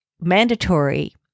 mandatory